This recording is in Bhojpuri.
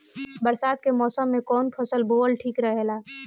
बरसात के मौसम में कउन फसल बोअल ठिक रहेला?